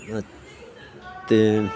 ಮತ್ತು